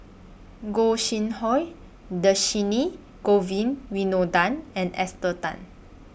Gog Sing Hooi Dhershini Govin Winodan and Esther Tan